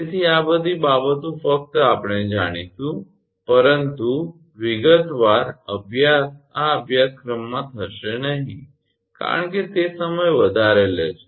તેથી આ બધી બાબતો ફક્ત આપણે જાણીશું પરંતુ વિગતવાર અભ્યાસ આ અભ્યાસક્રમમાં થશે નહીં કારણ કે તે સમય વધારે લે છે